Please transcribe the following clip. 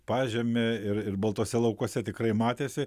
pažeme ir ir baltuose laukuose tikrai matėsi